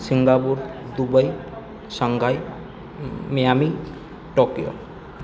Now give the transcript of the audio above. Singapore Dubai Shanghai Miami Tokyo